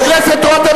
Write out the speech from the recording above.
חבר הכנסת רותם,